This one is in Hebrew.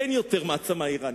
אין יותר מעצמה אירנית.